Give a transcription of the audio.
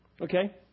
okay